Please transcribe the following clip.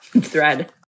thread